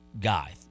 guy